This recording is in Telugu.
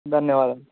ధన్యవాదాలు